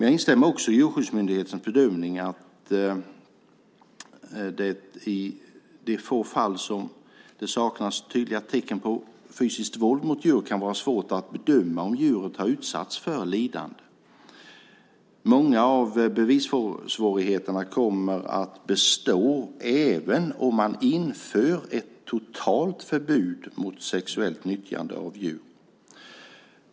Jag instämmer också i Djurskyddsmyndighetens bedömning att det i de få fall där det saknas tydliga tecken på fysiskt våld mot djur kan vara svårt att bedöma om djuret har utsatts för lidande. Många av bevissvårigheterna kommer att bestå även om man inför ett totalt förbud mot sexuellt nyttjande av djur.